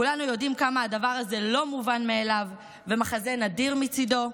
כולנו יודעים כמה הדבר הזה לא מובן מאליו ומחזה נדיר מצידו.